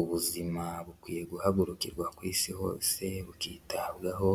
Ubuzima bukwiye guhagurukirwa ku isi hose bukitabwaho